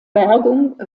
bergung